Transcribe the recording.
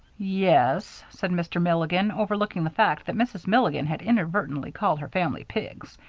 ye-es, said mr. milligan, overlooking the fact that mrs. milligan had inadvertently called her family pigs,